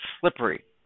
slippery